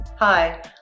Hi